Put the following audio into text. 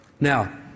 now